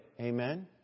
Amen